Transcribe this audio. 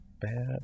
bad